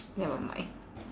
never mind